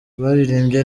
baririmbye